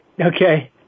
Okay